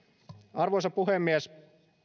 arvoisa puhemies